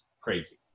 crazy